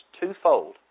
twofold